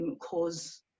cause